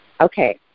okay